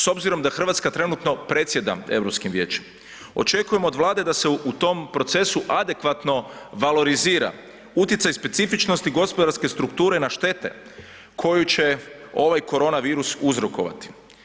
S obzirom da Hrvatska trenutno predsjeda Europskim vijećem očekujem od Vlade da se u tom procesu adekvatno valorizira utjecaj specifičnosti gospodarske strukture na štete koju će ovaj korona virus uzrokovati.